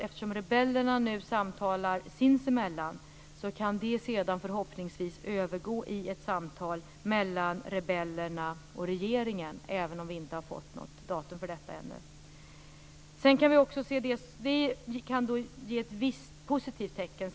Eftersom rebellerna nu samtalar sinsemellan kan det förhoppningsvis övergå i ett samtal mellan rebellerna och regeringen, även om vi inte har fått något datum för detta ännu. Detta kan vara ett visst positivt tecken.